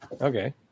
Okay